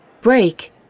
Break